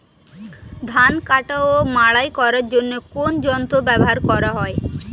ধান কাটা ও মাড়াই করার জন্য কোন যন্ত্র ব্যবহার করা হয়?